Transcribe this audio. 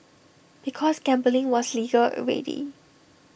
because gambling was legal already